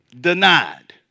denied